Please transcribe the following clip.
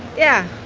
yeah.